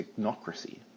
technocracy